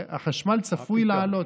והחשמל צפוי לעלות.